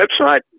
website